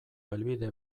helbide